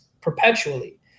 perpetually